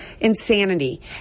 insanity